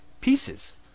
pieces